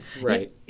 Right